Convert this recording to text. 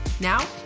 Now